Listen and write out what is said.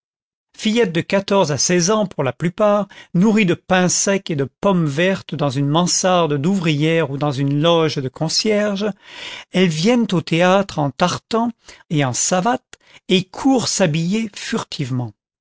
fillettes de quatorze à seize ans pour la plupart nourries de pain sec et de pommes vertes dans une mansarde d'ouvrière ou dans une loge de concierge elles viennent au théâtre en tartan et en savates et courent s'habiller furtivement